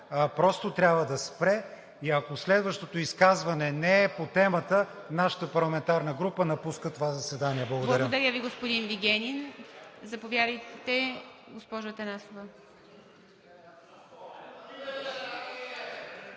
просто трябва да спре. И ако следващото изказване не е по темата, нашата парламентарна група напуска това заседание. ПРЕДСЕДАТЕЛ ИВА МИТЕВА: Благодаря Ви, господин Вигенин. Заповядайте, господин Зафиров.